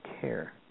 care